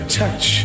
touch